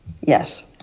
yes